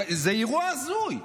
זה אירוע הזוי.